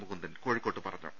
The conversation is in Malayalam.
മുകുന്ദൻ കോഴിക്കോട്ട് പറഞ്ഞു